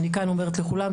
אני כאן אומרת לכולם,